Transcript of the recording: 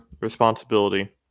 Responsibility